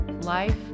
life